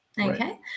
Okay